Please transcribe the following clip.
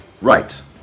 Right